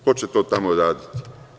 Ko će to tamo raditi?